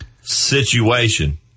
situation